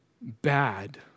bad